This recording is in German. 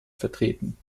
vertreten